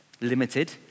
limited